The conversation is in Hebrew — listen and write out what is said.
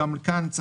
וכל בעל עניין בהם,